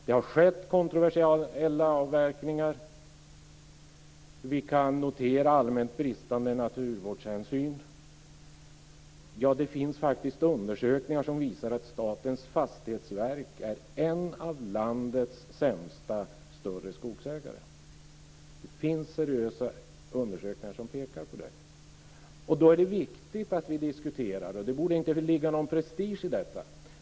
Det har skett kontroversiella avverkningar. Vi kan notera allmänt bristande naturvårdshänsyn. Det finns t.o.m. undersökningar som visar att Statens fastighetsverk är en av landets sämsta större skogsägare. Det finns seriösa undersökningar som pekar på det. Då är det viktigt att vi diskuterar detta. Det borde inte ligga någon prestige i det.